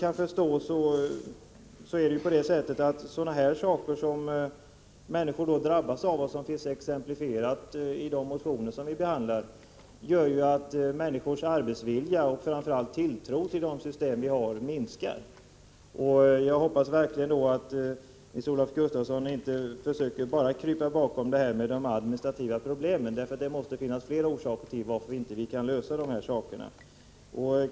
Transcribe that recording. Allt det här som människor drabbas av, och som finns exemplifierat i de motioner som vi behandlar, gör ju, såvitt jag förstår, att människornas arbetsvilja och framför allt tilltro till systemet minskar. Jag hoppas verkligen att Nils-Olof Gustafsson inte bara försöker krypa bakom de administrativa problemen. Det måste finnas fler orsaker till varför det inte går att lösa problemen.